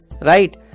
right